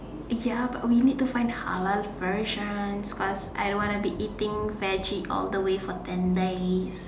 ya but we need to find halal versions cause I don't want to be eating veggie all the way for ten days